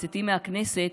בצאתי מהכנסת,